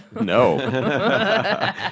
no